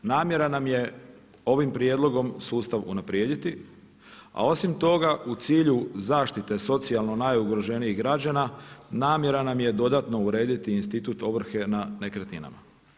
Namjera nam je ovim prijedlogom sustav unaprijediti, a osim toga u cilju zaštite socijalno najugroženijih građana, namjera nam je dodatno urediti institut ovrhe na nekretninama.